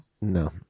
No